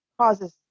causes